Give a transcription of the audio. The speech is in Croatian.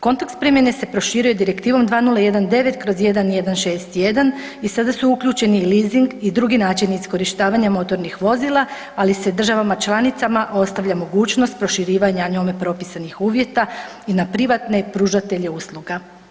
Kontekst primjene se proširuje Direktivom 2018/1161 i sada su uključeni leasing i drugi način iskorištavanja motornih vozila ali se državama članicama ostavlja mogućnost proširivanja njome propisanih uvjeta i na privatne pružatelje usluga.